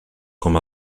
com